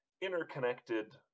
interconnected